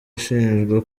ushinjwa